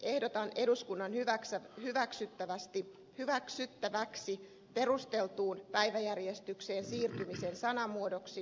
ehdotan eduskunnan hyväksyttäväksi perustellun päiväjärjestykseen siirtymisen sanamuodoksi